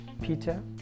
Peter